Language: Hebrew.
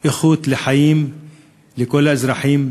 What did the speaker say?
איכות החיים לכל האזרחים,